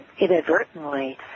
inadvertently